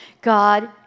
God